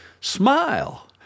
Smile